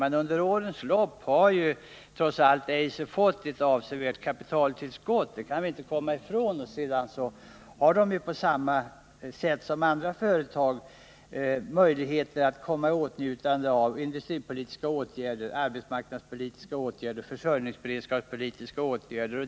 Men under årens lopp har ju Eiser trots allt fått ett avsevärt kapitaltillskott, det kan vi inte komma ifrån. Sedan har de ju på samma sätt som andra företag möjligheter att komma i åtnjutande av industripolitiska åtgärder, arbetsmarknadspolitiska åtgärder och försörjningsberedskapspolitiska åtgärder.